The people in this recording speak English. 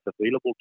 available